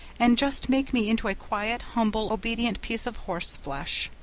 and just make me into a quiet, humble, obedient piece of horseflesh.